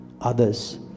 others